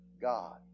God